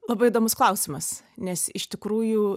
labai įdomus klausimas nes iš tikrųjų